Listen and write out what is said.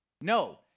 No